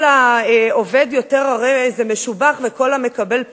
כל העובד יותר הרי זה משובח, וכל המקבל פחות,